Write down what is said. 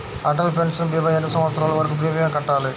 Atal pension భీమా ఎన్ని సంవత్సరాలు వరకు ప్రీమియం కట్టాలి?